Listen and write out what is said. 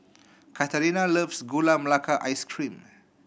Katharina loves Gula Melaka Ice Cream